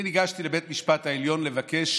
אני ניגשתי לבית המשפט העליון לבקש